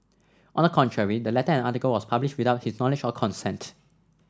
on the contrary the letter and article was published without his knowledge or consent